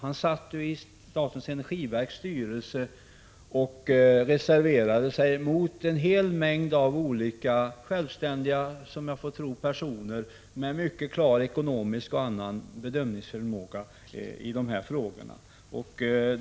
Han satt i statens energiverks styrelse och reserverade sig mot en hel mängd förslag framlagda av olika självständiga personer med, som jag tror, mycket klar ekonomisk och annan bedömningsförmåga i de här frågorna.